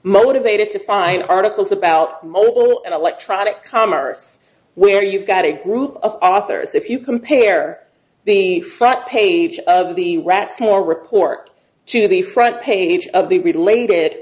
motivated to find articles about mobile and electronic commerce where you've got a group of authors if you compare the front page of the rats more report to the front page of the related